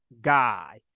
guy